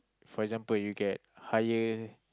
for example you get higher